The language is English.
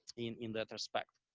in in that respect.